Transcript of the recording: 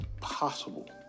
possible